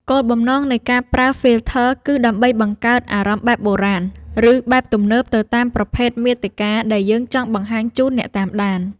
គោលបំណងនៃការប្រើ ហ្វីលធ័រ គឺដើម្បីបង្កើតអារម្មណ៍បែបបុរាណ ឬបែបទំនើបទៅតាមប្រភេទមាតិកាដែលយើងចង់បង្ហាញជូនអ្នកតាមដាន។